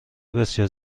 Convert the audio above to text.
بسیار